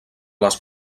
les